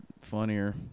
funnier